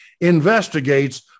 investigates